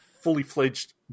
fully-fledged